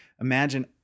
Imagine